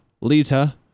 Lita